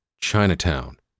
Chinatown